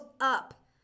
up